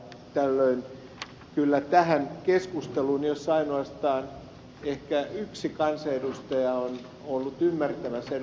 tällöin kyllä tähän keskusteluun jossa ainoastaan ehkä yksi kansanedustaja on ollut ymmärtämässä ed